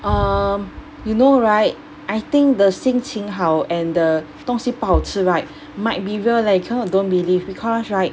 um you know right I think the 心情好 and the 东西不好吃 right might be real leh you cannot don't believe because right